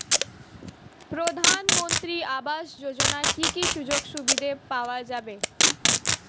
প্রধানমন্ত্রী আবাস যোজনা কি কি সুযোগ সুবিধা পাওয়া যাবে?